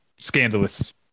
scandalous